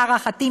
להערכתי,